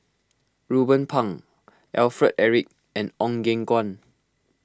Ruben Pang Alfred Eric and Ong Eng Guan